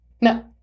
No